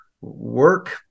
work